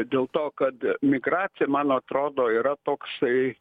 dėl to kad migracija man atrodo yra toksai